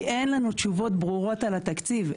כי אין לנו תשובות ברורות על התקציב.